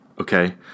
okay